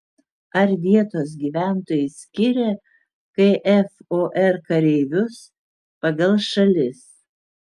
ar vietos gyventojai skiria kfor kareivius pagal šalis